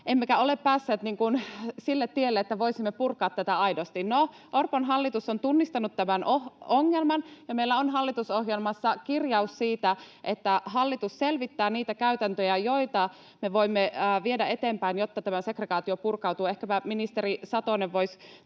emmekä ole päässeet sille tielle, että voisimme purkaa tätä aidosti. No, Orpon hallitus on tunnistanut tämän ongelman ja meillä on hallitusohjelmassa kirjaus siitä, että hallitus selvittää niitä käytäntöjä, joita me voimme viedä eteenpäin, jotta tämä segregaatio purkautuu. Ehkäpä ministeri Satonen